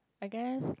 I guess like